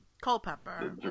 Culpepper